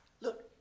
Look